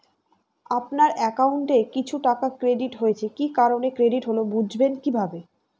আপনার অ্যাকাউন্ট এ কিছু টাকা ক্রেডিট হয়েছে কি কারণে ক্রেডিট হল বুঝবেন কিভাবে?